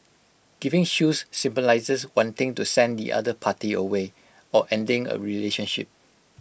giving shoes symbolises wanting to send the other party away or ending A relationship